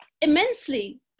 immensely